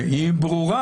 היא ברורה.